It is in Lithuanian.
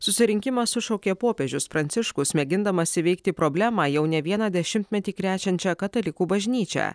susirinkimą sušaukė popiežius pranciškus mėgindamas įveikti problemą jau ne vieną dešimtmetį krečiančią katalikų bažnyčią